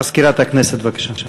מזכירת הכנסת, בבקשה.